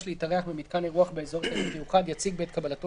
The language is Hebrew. להתארח במיתקן אירוח באזור תיירות מיוחד יציג בעת קבלתו